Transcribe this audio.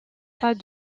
pas